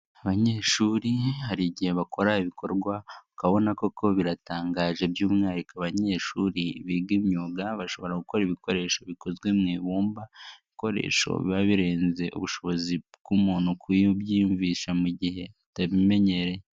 Abanyeshuri hari igihe bakora ibikorwa ukabona koko biratangaje, by'umwihariko abanyeshuri biga imyuga bashobora gukora ibikoresho bikozwe mu ibumba, ibikoresho biba birenze ubushobozi bw'umuntu kubyiyumvisha mu gihe atamenyereye.